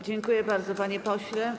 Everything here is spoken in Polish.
Dziękuję bardzo, panie pośle.